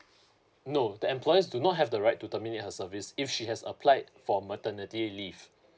no the employers do not have the right to terminate her service if she has applied for maternity leave